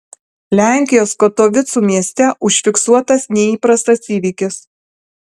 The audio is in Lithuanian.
lenkijos katovicų mieste užfiksuotas neįprastas įvykis